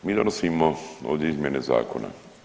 Mi donosimo ovdje izmjene zakona.